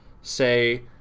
say